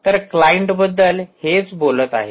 तर क्लायंटबद्दल हेच बोलत आहेत